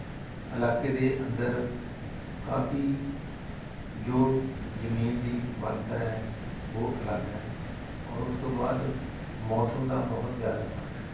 ਇਲਾਕੇ ਦੇ ਅੰਦਰ ਕਾਫੀ ਜੋ ਜ਼ਮੀਨ ਦੀ ਬਣਤਰ ਹੈ ਉਹ ਅਲੱਗ ਹੈ ਔਰ ਉਸ ਤੋਂ ਬਾਅਦ ਮੌਸਮ ਦਾ ਬਹੁਤ ਜ਼ਿਆਦਾ ਫਰਕ ਹੈ